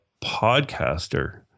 podcaster